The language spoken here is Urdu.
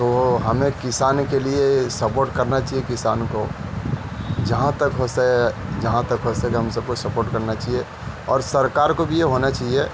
تو ہمیں کسانی کے لیے سپورٹ کرنا چاہیے کسان کو جہاں تک ہو سکے جہاں تک ہو سکے ہم سب کو سپورٹ کرنا چاہیے اور سرکار کو بھی یہ ہونا چاہیے